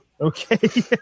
Okay